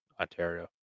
ontario